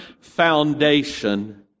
foundation